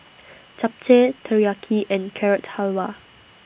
Japchae Teriyaki and Carrot Halwa